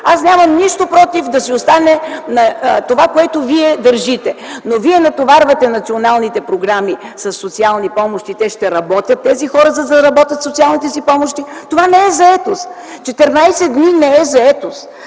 Нямам нищо против да оставим това, на което Вие държите. Но вие натоварвате националните програми със социални помощи. Тези хора ще работят, за да заработят социалните си помощи. Това не е заетост, 14 дни не е заетост,